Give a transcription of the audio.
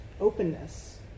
openness